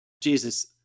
Jesus